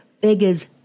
beggars